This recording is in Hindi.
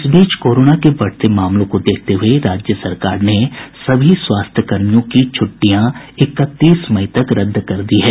इस बीच कोरोना के बढ़ते मामलों को देखते हुये राज्य सरकार ने सभी स्वास्थ्यकर्मियों की छुट्टियां इकतीस मई तक रद्द कर दी है